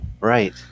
Right